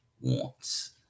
wants